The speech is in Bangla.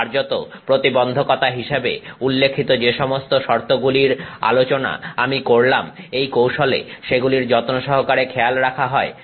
তাই কার্যত প্রতিবন্ধকতা হিসেবে উল্লেখিত যে সমস্ত শর্তগুলির আলোচনা আমি করলাম এই কৌশলে সেগুলির যত্ন সহকারে খেয়াল রাখা হয়